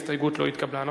ההסתייגות לא התקבלה.